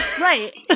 right